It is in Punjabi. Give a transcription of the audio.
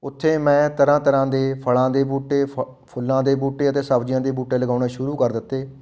ਉੱਥੇ ਮੈਂ ਤਰ੍ਹਾਂ ਤਰ੍ਹਾਂ ਦੇ ਫਲਾਂ ਦੇ ਬੂਟੇ ਫ ਫੁੱਲਾਂ ਦੇ ਬੂਟੇ ਅਤੇ ਸਬਜ਼ੀਆਂ ਦੇ ਬੂਟੇ ਲਗਾਉਣੇ ਸ਼ੁਰੂ ਕਰ ਦਿੱਤੇ